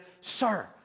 sir